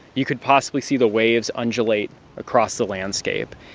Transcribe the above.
you could possibly see the waves undulate across the landscape.